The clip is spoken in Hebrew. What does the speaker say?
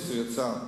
הוא יצא.